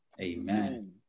Amen